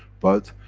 but,